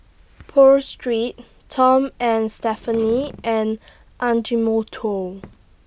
Pho Street Tom and Stephanie and Ajinomoto